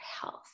health